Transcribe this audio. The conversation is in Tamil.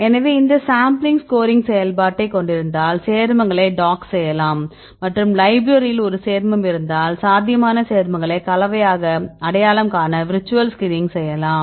எனவே இந்த சாம்பிளிங் ஸ்கோரிங் செயல்பாட்டைக் கொண்டிருந்தால் சேர்மங்களை டாக் செய்யலாம் மற்றும் லைப்ரரியில் ஒரு சேர்மம் இருந்தால் சாத்தியமான சேர்மங்களை கலவையாக அடையாளம் காண விர்ச்சுவல் ஸ்கிரீனிங் செய்யலாம்